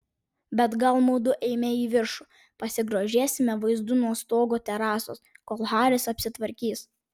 bet gal mudu eime į viršų pasigrožėsime vaizdu nuo stogo terasos kol haris apsitvarkys